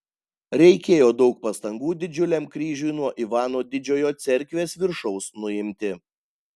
reikėjo daug pastangų didžiuliam kryžiui nuo ivano didžiojo cerkvės viršaus nuimti